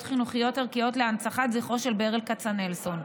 חינוכיות ערכיות להנצחת זכרו של ברל כצנלסון,